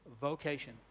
vocation